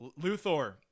Luthor